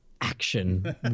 action